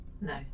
no